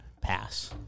Pass